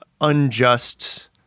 unjust